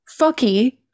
fucky